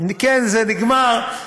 כן, זה נגמר.